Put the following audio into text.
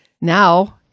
Now